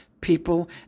people